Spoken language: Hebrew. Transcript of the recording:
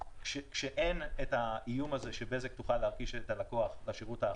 שאין את האיום הזה שבזק תוכל להנגיש את הלקוח לשירות.